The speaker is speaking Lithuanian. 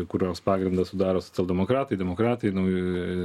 kurios pagrindą sudaro socialdemokratai demokratai nau